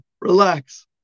relax